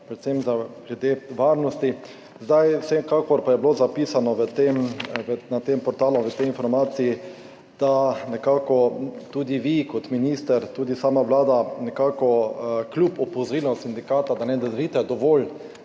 predvsem glede varnosti. Vsekakor pa je bilo zapisano na tem portalu v tej informaciji, da nekako tudi vi kot minister, tudi sama vlada, nekako kljub opozorilom sindikata ne naredite dovolj